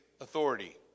authority